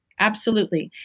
absolutely.